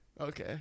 Okay